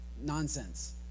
nonsense